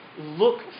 look